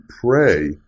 pray